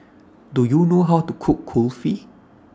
Do YOU know How to Cook Kulfi